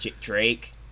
Drake